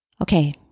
Okay